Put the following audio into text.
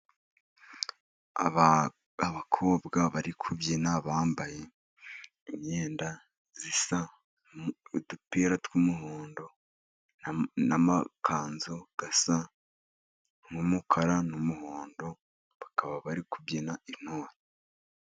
Abakobwa bari kubyina bambaye imyenda isa, n'udupira tw'umuhondo n'amakanzu asa nk'umukara n'umuhondo, bakaba bari kubyina intore.